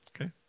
Okay